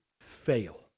fail